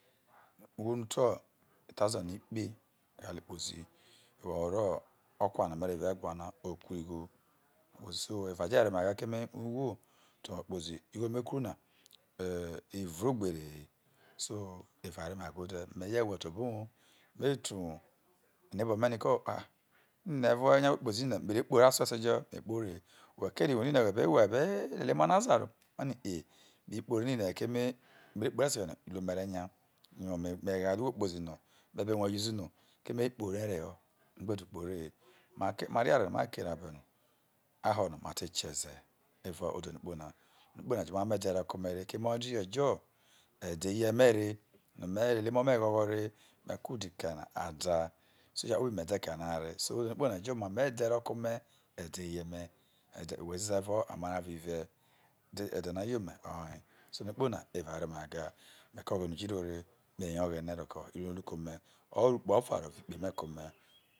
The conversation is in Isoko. Ugho no te ute rethazane ikpe oye o kpozi gbe ore okwa no me reje kwa na gbe orougho na so eva je were ome gaga keme ugho uti muho ekpozi no igho me kru na i urugberuo so eva were ome gaga keme ugho uti muho ekpozi no igho me kru na i uru gberuo so eva were ome byaya ode na no me je hwe te obo uwou me te awoii neigbor me ho ko ah ko mevve owhe no whe kpozi uwounene whe re kpoḥo ore aso jo whekeria ueou nene whe be hwe be lele emo ra zaharo me no ee me kpohore nenehe keme mere kpohy ore esojo na ughe ma re nya yo me ghaleugho kpozina me berue useno keme mere kpoho yairehome gbedu kpoho ore mate kieze evaoode no ukpona ade no ukpo na ojo omamo ede roke ome re keme o teje jo ede eye me re no me ro ede emo me ghogho re me ku udi ka ada isuya kpobi mede kaino a re so ode no ukpona ojo omomo ede rofe ome ede no akpona ojo omomo ede rofe ome edeye me ede kpegbezeza evao amara avo ive ede no a ye ome oye so adebukpo na evawere ome gaga me ke oghene ujiro re me you eghene rike iruo no o ru ke ome or ukpe or ukpe ofa oje ru ene ke ome.